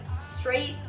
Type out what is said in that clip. straight